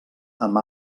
amb